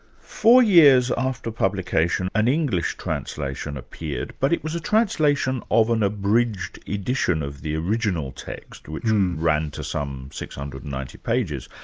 four years after publication, an english translation appeared, but it was a translation of an abridged edition of the original text which ran to some six hundred and ninety pages.